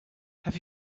have